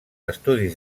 estudis